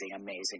amazing